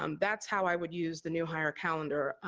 um that's how i would use the new hire calendar.